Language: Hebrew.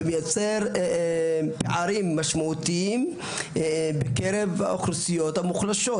מייצר פערים משמעותיים בקרב האוכלוסיות המוחלשות.